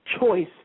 choice